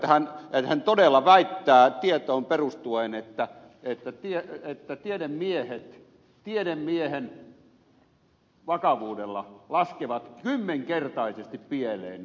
siis hänhän todella väittää tietoon perustuen että tiedemiehet tiedemiehen vakavuudella laskevat kymmenkertaisesti pieleen nämä luvut